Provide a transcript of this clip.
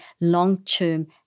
long-term